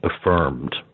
affirmed